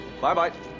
Bye-bye